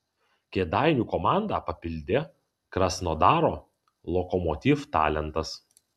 kėdainių komandą papildė krasnodaro lokomotiv talentas